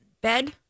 bed